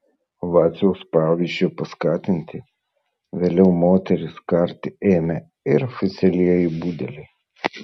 vaciaus pavyzdžio paskatinti vėliau moteris karti ėmė ir oficialieji budeliai